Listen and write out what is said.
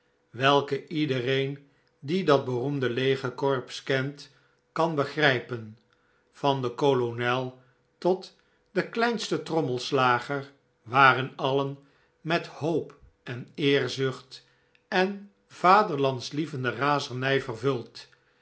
welke iedereen die dat beroemde legerkorps kent kan begrijpen van den kolonel tot den kleinsten trommelslager waren alien met hoop en eerzucht en vaderlandlievende razernij vervuld